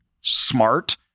smart